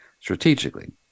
strategically